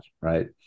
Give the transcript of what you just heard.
right